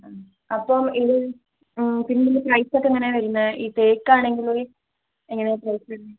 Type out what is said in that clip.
ആ അപ്പം ഇത് പിന്ന് പ്രൈസൊക്കെ എങ്ങനൊ വെരുന്നേ ഈ തേക്കാണെങ്കിലുംര് എങ്ങനെയാ പ്രൈസ് വ